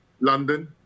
London